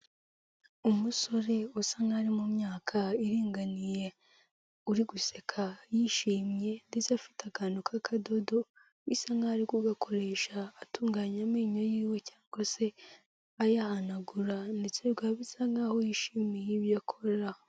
Umusore usa nk'aho ari mu myaka iringaniye, uri guseka yishimye ndetse afite akantu k'akadodo bisa nk'aho ari kugakoresha atunganya amenyo yiwe cyangwa se ayahanagura ndetse bikaba bisa nk'aho yishimiye ibyo akora.